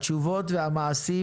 התשובות והמעשים